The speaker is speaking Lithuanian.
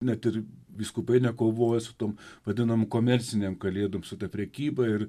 net ir vyskupai nekovoja su tuom vadinamu komercinėm kalėdom su ta prekyba ir